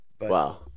wow